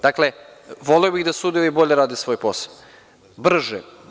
Dakle, voleo bih da sudovi bolje rade svoj posao, brže.